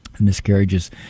miscarriages